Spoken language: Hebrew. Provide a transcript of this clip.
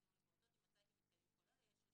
יום לפעוטות אם מצא כי מתקיימים כל אלה..."